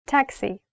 Taxi